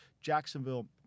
Jacksonville